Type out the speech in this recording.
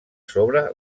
sobre